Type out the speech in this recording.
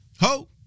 Ho